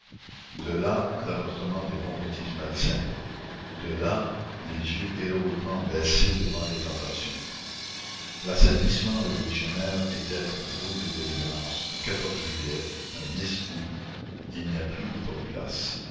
de là l'avortement des convoitises malsaines de là les yeux héroïquement baissés devant les tentations l'assainissement révolutionnaire est tel qu'un jour de délivrance un juillet un août il n'y a plus de populace